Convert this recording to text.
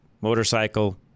motorcycle